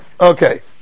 Okay